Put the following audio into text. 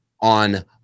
on